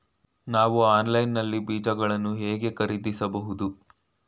ನಾವು ಆನ್ಲೈನ್ ನಲ್ಲಿ ಬೀಜಗಳನ್ನು ಹೇಗೆ ಖರೀದಿಸಬಹುದು?